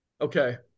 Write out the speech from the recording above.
Okay